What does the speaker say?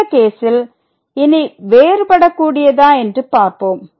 இந்த கேசில் இனி வேறுபடக்கூடியதா என்று பார்ப்போம்